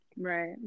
right